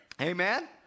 Amen